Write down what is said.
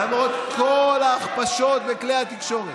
למרות כל ההכפשות בכלי התקשורת,